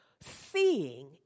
seeing